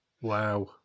wow